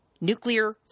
nuclear